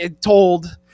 told